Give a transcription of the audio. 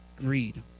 greed